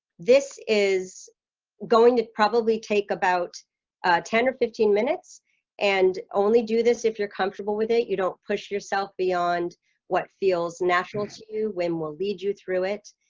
this is going to probably take about ten or fifteen minutes and only do this if you're comfortable with it you don't push yourself beyond what feels natural to you when will lead you through it?